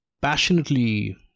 passionately